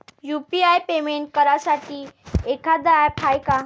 UPI payment करासाठी एखांद app हाय का?